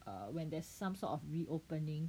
err when there's some sort of reopening